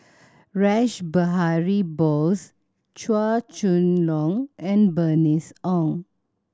Rash Behari Bose Chua Chong Long and Bernice Ong